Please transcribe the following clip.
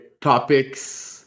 topics